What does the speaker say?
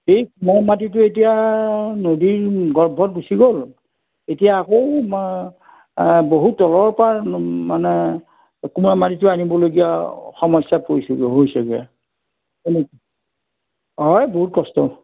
সেই কুমাৰ মাটিতো এতিয়া নদীৰ গৰ্ভত গুচি গ'ল এতিয়া আকৌ আমাৰ বহুত তলৰপৰা মানে কুমাৰ মাটিতো আনিবলগীয়া সমস্যাত পৰিছোঁগৈ হৈছেগৈ এনেকৈ হয় বহুত কষ্ট